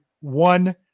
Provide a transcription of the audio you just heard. one